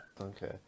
okay